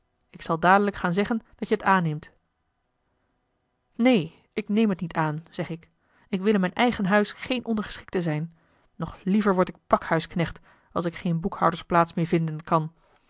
ik zal dadelijk gaan zeggen dat je het aanneemt neen ik neem het niet aan eli heimans willem roda zeg ik ik wil in mijn eigen huis geen ondergeschikte zijn nog liever word ik pakhuisknecht als ik geene boekhoudersplaats meer vinden kan